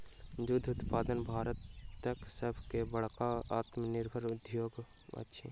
दूध उत्पादन भारतक सभ सॅ बड़का आत्मनिर्भर उद्योग अछि